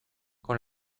con